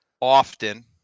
Often